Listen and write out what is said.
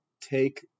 take